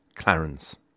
Clarence